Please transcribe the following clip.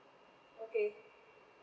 okay